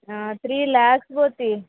हा त्री लेक्स् भवन्ति